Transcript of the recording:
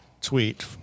tweet